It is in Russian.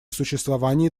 существовании